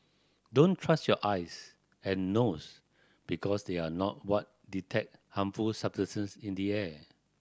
don't trust your eyes and nose because they are not what detect harmful substance in the air